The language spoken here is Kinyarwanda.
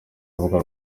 rubuga